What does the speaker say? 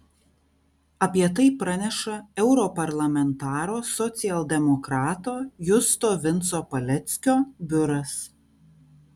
apie tai praneša europarlamentaro socialdemokrato justo vinco paleckio biuras